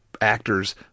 actors